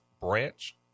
Branch